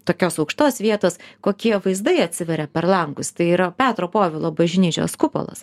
tokios aukštos vietos kokie vaizdai atsiveria per langus tai yra petro povilo bažnyčios kupolas